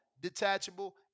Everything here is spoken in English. detachable